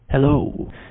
Hello